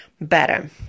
better